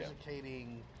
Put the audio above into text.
educating